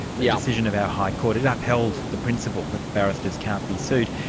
the decision of our high court, it upheld the principle that barristers can't be sued.